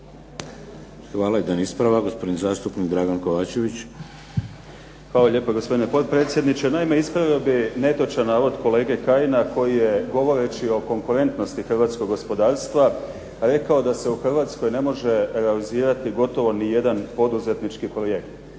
Hvala. Jedan ispravak gospodin zastupnik Dragan Kovačević. **Kovačević, Dragan (HDZ)** Hvala lijepa gospodine potpredsjedniče. Naime, ispravio bih netočan navod kolege Kajina koji je govoreći o konkurentnosti Hrvatskog gospodarstva rekao da se u Hrvatskoj ne može realizirati gotovo ni jedan poduzetnički projekt,